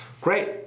great